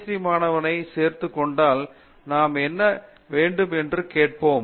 D மாணவனைச் சேர்த்துக் கொண்டால் நாம் என்ன செய்ய வேண்டும் என்று கேட்போம்